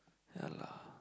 ya lah